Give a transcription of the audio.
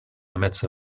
limits